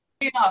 enough